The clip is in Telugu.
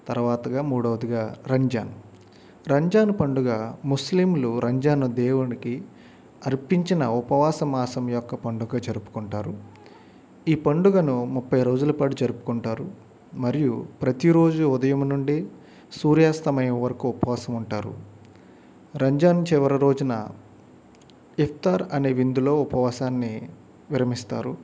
తర్వాతగా మూడవదిగా రంజాన్ రంజాన్ పండుగ ముస్లింలు రంజాన్ దేవునికి అర్పించిన ఉపవాస మాసం యొక్క పండుగ జరుపుకుంటారు ఈ పండుగను ముప్పై రోజులపాటు జరుపుకుంటారు మరియు ప్రతీరోజు ఉదయము నుండి సూర్యాస్తమయం వరకు ఉపవాసం ఉంటారు రంజాన్ చివరిరోజున ఇఫ్తార్ అనే విందులో ఉపవాసాన్ని విరమిస్తారు